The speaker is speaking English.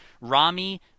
Rami